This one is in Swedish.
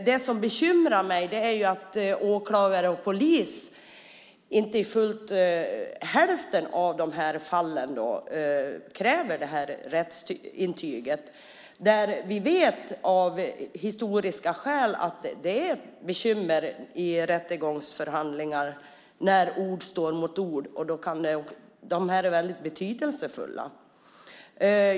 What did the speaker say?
Det som bekymrar mig är att åklagare och polis i hälften av de här fallen inte kräver det här rättsintyget. Vi vet utifrån historien att det är ett bekymmer i rättegångsförhandlingar när ord står emot ord. Intygen är väldigt betydelsefulla.